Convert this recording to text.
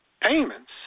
payments